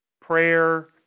prayer